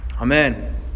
Amen